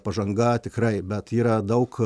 pažanga tikrai bet yra daug